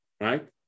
right